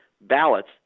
ballots